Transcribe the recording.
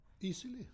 Easily